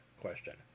question